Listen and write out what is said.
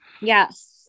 Yes